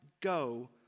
go